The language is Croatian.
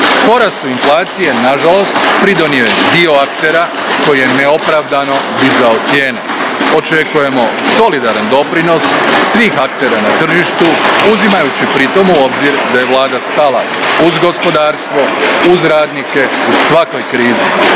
Porastu inflacije nažalost pridonio je dio aktera koji je neopravdano dizao cijene. Očekujemo solidaran doprinos svih aktera na tržištu, uzimajući pritom u obzir da je Vlada stala uz gospodarstvo, uz radnike, u svakoj krizi,